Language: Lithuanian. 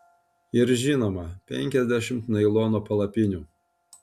ir žinoma penkiasdešimt nailono palapinių